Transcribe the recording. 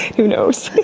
who knows?